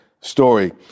story